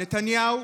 נתניהו,